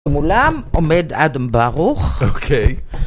מולם עומד אדם ברוך